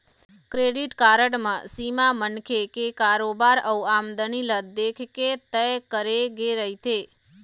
credit card म सीमा मनखे के कारोबार अउ आमदनी ल देखके तय करे गे रहिथे